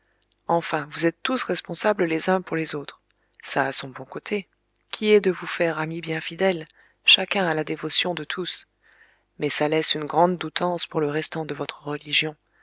enfin vous êtes tous responsables les uns pour les autres ça a son bon côté qui est de vous faire amis bien fidèles chacun à la dévotion de tous mais ça laisse une grande doutance pour le restant de votre religion